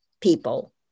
people